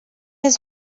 his